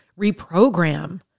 reprogram